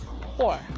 poor